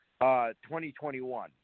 2021